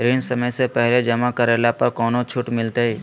ऋण समय से पहले जमा करला पर कौनो छुट मिलतैय?